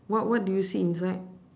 what what do you see inside